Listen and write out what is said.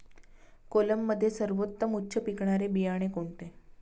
कोलममध्ये सर्वोत्तम उच्च पिकणारे बियाणे कोणते?